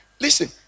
Listen